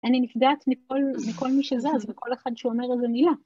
אני נפגעת מכל מי שזז וכל אחד שאומר איזה מילה.